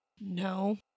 No